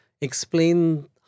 explain